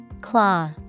Claw